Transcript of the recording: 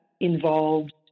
involved